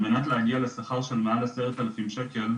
על מנת להגיע לשכר של מעל עשרת אלפים שקל,